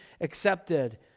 accepted